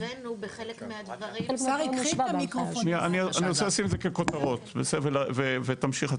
שנייה, אני רוצה לשים את זה ככותרות, ותמשיך אתה.